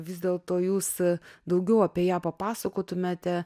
vis dėl to jūs daugiau apie ją papasakotumėte